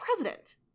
president